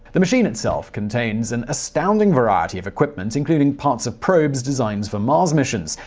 the machine itself contains an astounding variety of equipment, including parts of probes designed for mars missions.